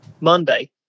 Monday